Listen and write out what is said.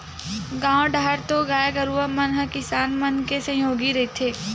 गाँव डाहर तो गाय गरुवा मन ह किसान मन के सहयोगी रहिथे